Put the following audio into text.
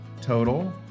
total